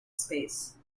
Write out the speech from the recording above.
space